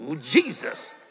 Jesus